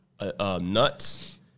nuts